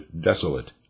desolate